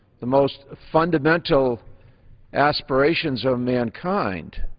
the most fundamental aspirations of mankind.